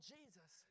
Jesus